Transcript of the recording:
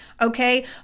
okay